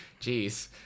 Jeez